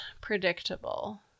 predictable